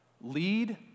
lead